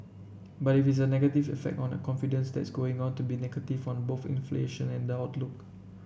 but if it's a negative effect on a confidence that's going to be negative on both inflation and the outlook